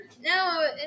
No